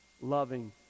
loving